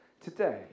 today